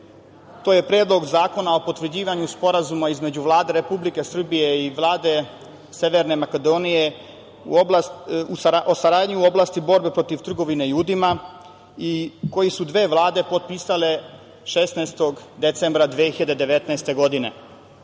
to je Predlog zakona o potvrđivanju Sporazuma između Vlade Republike Srbije i Vlade Severne Makedonije o saradnji u oblasti borbe protiv trgovine ljudima i koje su dve vlade potpisale 16. decembra 2019.